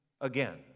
again